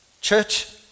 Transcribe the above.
Church